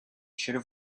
should